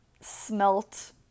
smelt